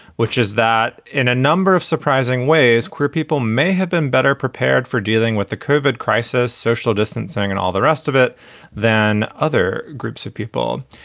which is that in a number of surprising ways, queer people may have been better prepared for dealing with the curved crisis, social distancing and all the rest of it than other groups of people.